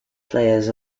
players